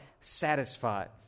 Satisfied